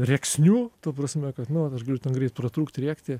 rėksniu ta prasme kad nu vat aš galiu ten greit pratrūkti rėkti